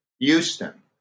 Houston